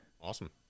Awesome